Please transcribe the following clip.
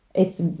it's.